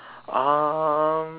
um